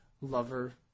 lover